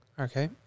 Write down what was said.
Okay